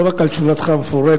לא רק על תשובתך המפורטת.